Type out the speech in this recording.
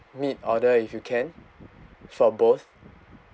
meat order if you can for both